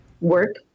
work